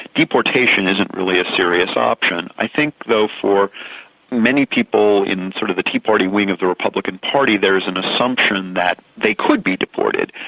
deportation isn't really a serious option. i think though for many people in sort of the tea party wing of the republican party there is an assumption that they could be deported.